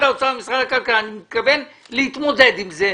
האוצר ומשרד הכלכלה ואני מתכוון להתמודד עם זה.